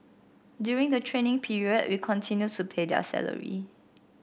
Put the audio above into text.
during the training period we continue to pay their salary